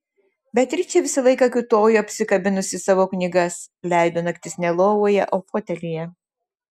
beatričė visą laiką kiūtojo apsikabinusi savo knygas leido naktis ne lovoje o fotelyje